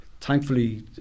thankfully